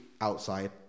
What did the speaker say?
outside